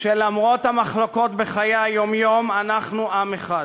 שלמרות המחלוקות בחיי היום-יום אנחנו עם אחד,